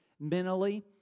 mentally